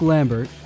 Lambert